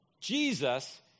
Jesus